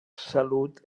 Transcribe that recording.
salut